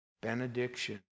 benediction